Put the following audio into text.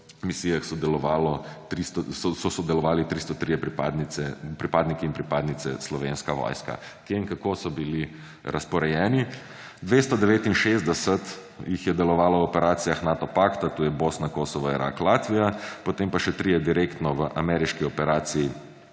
misijah sodelovali 303 pripadniki in pripadnice Slovenske vojske. Kje in kako so bili razporejeni? 269 jih je delovalo v operacijah Nato pakta, to je Bosna, Kosovo, Irak, Latvija, potem pa še trije direktno v ameriški operaciji